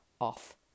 off